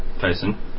Tyson